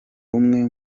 umwe